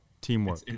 teamwork